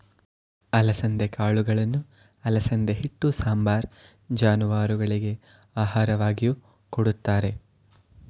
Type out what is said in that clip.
ಅಲಸಂದೆ ಕಾಳುಗಳನ್ನು ಅಲಸಂದೆ ಹಿಟ್ಟು, ಸಾಂಬಾರ್, ಜಾನುವಾರುಗಳಿಗೆ ಆಹಾರವಾಗಿಯೂ ಕೊಡುತ್ತಾರೆ